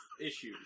issue